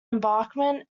embankment